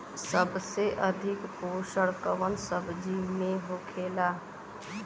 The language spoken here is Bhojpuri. सबसे अधिक पोषण कवन सब्जी में होखेला?